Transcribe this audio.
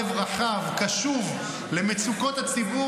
לב רחב וקשוב למצוקות הציבור.